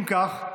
אם כך,